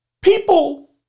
People